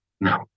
No